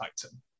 Titan